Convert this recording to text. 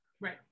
Right